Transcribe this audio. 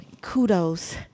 kudos